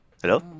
Hello